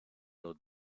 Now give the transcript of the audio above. los